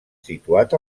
situat